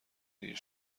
دیر